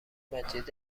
مجید